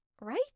right